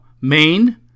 Maine